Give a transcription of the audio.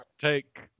take